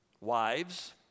Wives